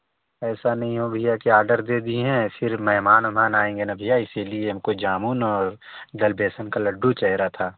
ऐसा नहीं हो भैया कि आर्डर दे दिए हैं फिर मेहमान वेहमान आएँगे ना भैया इसलिए हमको जामुन और दाल बेसन का लड्डू चाही रहा था